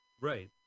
Right